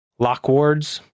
Lockwards